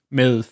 med